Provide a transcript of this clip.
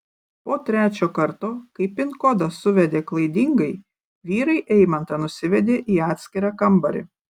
po trečio karto kai pin kodą suvedė klaidingai vyrai eimantą nusivedė į atskirą kambarį